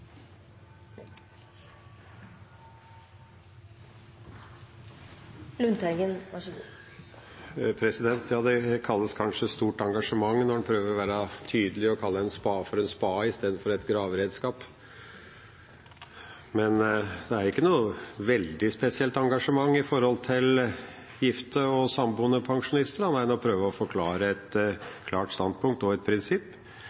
Det kalles kanskje stort engasjement når en prøver å være tydelig og kalle en spade for en spade istedenfor et graveredskap. Det er ikke noe veldig spesielt engasjement angående gifte og samboende pensjonister annet enn å prøve å forklare et klart standpunkt og et prinsipp.